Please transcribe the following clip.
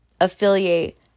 affiliate